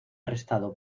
arrestado